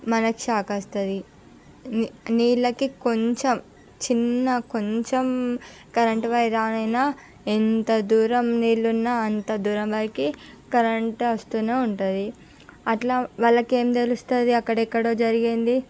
మనకి షాక్ వస్తుంది నీళ్ళకి కొంచెం చిన్న కొంచెం కరెంటు వైరు ఆన్ అయినా ఎంత దూరం నీళ్ళు ఉన్నా అంత దూరం వరకు కరెంటు వస్తూనే ఉంటుంది అట్లా వాళ్ళకేమి తెలుస్తుంది అక్కడ ఎక్కడో జరిగింది